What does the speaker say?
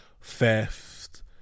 theft